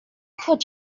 put